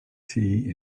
tea